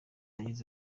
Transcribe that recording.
yagize